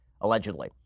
allegedly